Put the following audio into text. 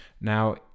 now